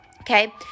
okay